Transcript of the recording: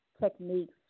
techniques